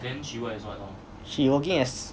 she working as